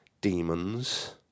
demons